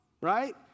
Right